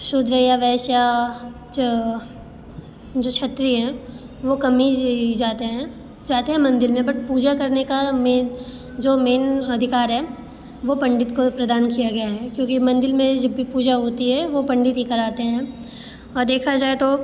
शूद्र या वैश्य या जो क्षत्रिय हैं वो कम ही जाते हैं जाते हैं मंदिर में बट पूजा करने का मेन जो मेन अधिकार है वो पंडित को प्रदान किया गया है क्योंकि मंदिर में जब भी पूजा होती है वो पंडित ही कराते हैं और देखा जाए तो